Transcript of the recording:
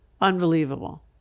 unbelievable